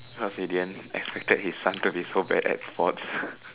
cause he didn't expected his son to be so bad at sports